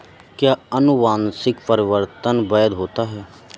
क्या अनुवंशिक परिवर्तन वैध होता है?